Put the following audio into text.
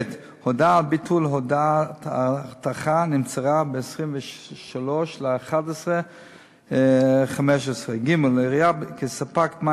2. הודעה על ביטול ההרתחה נמסרה ב-23 בנובמבר 2015. 3. העירייה,